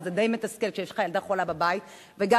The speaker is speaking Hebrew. אבל זה די מתסכל כשיש לך ילדה חולה בבית וגם